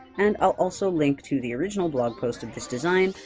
and i'll also link to the original blog post of this design,